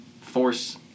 force